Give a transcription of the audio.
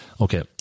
Okay